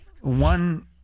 One